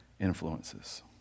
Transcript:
influences